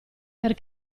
per